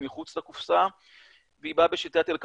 היא מחוץ לקופסה והיא באה בשיטת אל קפונה,